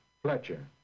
Fletcher